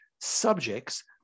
subjects